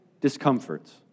discomforts